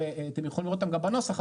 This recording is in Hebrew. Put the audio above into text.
אתם יכולים לראות אותם גם בנוסח,